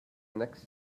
next